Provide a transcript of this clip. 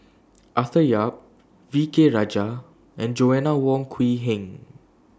Arthur Yap V K Rajah and Joanna Wong Quee Heng